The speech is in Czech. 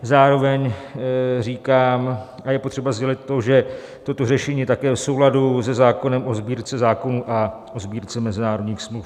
Zároveň říkám a je potřeba sdělit to, že toto řešení je také v souladu se zákonem o Sbírce zákonů a Sbírce mezinárodních smluv.